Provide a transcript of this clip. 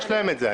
יש להם את זה.